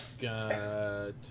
Got